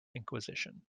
inquisition